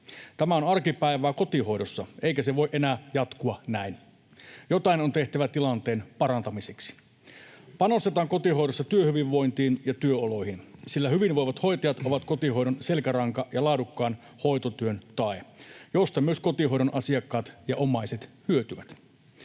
Tämä on arkipäivää kotihoidossa, eikä se voi enää jatkua näin. Jotain on tehtävä tilanteen parantamiseksi. Panostetaan kotihoidossa työhyvinvointiin ja työoloihin, sillä hyvinvoivat hoitajat ovat kotihoidon selkäranka ja laadukkaan hoitotyön tae, josta myös kotihoidon asiakkaat ja omaiset hyötyvät.